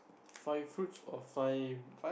five fruits or five